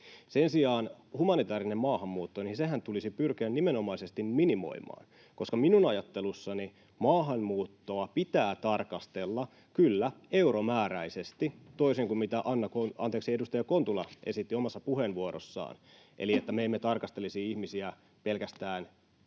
Sen sijaan humanitäärinen maahanmuuttohan tulisi pyrkiä nimenomaisesti minimoimaan, koska minun ajattelussani maahanmuuttoa pitää tarkastella, kyllä, euromääräisesti, toisin kuin miten edustaja Kontula esitti omassa puheenvuorossaan eli niin, että me emme tarkastelisi ihmisiä pelkästään